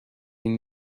این